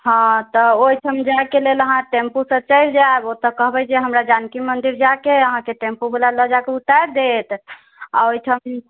हँ तऽ ओहिठाम जाइके लेल अहाँ टेम्पू सऽ चलि जायब ओतऽ कहबै जे हमरा जानकी मन्दिर जायके यऽ अहाँके टेम्पू बला लऽ जायकऽ उतारि देत आ ओहिठाम